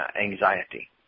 anxiety